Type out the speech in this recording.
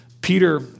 Peter